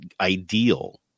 ideal